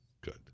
Good